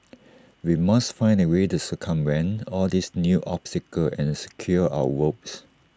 we must find A way to circumvent all these new obstacles and secure our votes